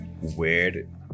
weird